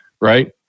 right